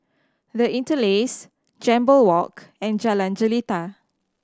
The Interlace Jambol Walk and Jalan Jelita